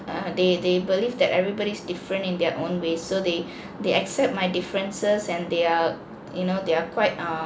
they they believe that everybody's different in their own way so they they accept my differences and they are you know they are quite err